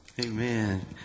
Amen